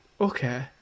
okay